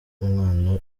umwana